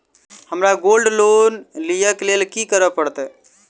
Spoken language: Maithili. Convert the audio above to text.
हमरा गोल्ड लोन लिय केँ लेल की करऽ पड़त?